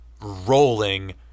rolling